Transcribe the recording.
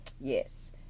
yes